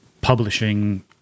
publishing